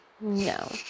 No